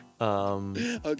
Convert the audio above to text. Okay